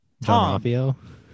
tom